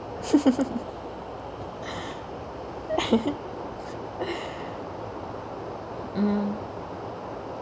mm